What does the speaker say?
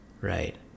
Right